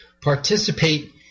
participate